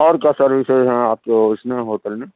اور کیا سروسز ہے یہاں آپ کے اُس میں ہوٹل میں